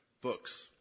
Books